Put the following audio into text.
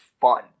fun